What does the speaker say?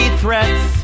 threats